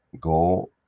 go